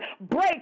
break